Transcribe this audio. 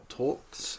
talks